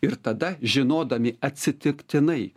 ir tada žinodami atsitiktinai